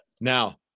Now